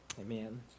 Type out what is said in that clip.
Amen